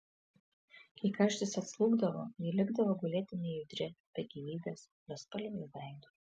kai karštis atslūgdavo ji likdavo gulėti nejudri be gyvybės bespalviu veidu